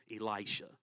Elisha